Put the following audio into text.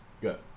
Good